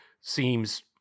seems